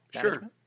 Sure